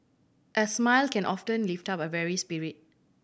a smile can often lift up a weary spirit